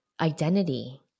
identity